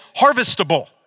harvestable